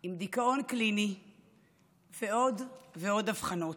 עם דיכאון קליני ועוד ועוד אבחנות.